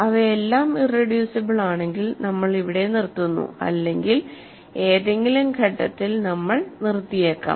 അവയെല്ലാം ഇറെഡ്യൂസിബിൾ ആണെങ്കിൽ നമ്മൾ ഇവിടെ നിർത്തുന്നു അല്ലെങ്കിൽ ഏതെങ്കിലും ഘട്ടത്തിൽ നമ്മൾ നിർത്തിയേക്കാം